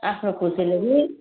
आफ्नो खुसीले नि